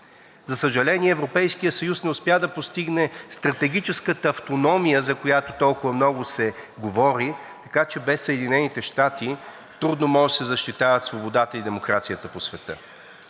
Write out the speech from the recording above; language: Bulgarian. За съжаление, Европейският съюз не успя да постигне стратегическата автономия, за която толкова много се говори, така че без Съединените щати трудно може да се защитават свободата и демокрацията по света.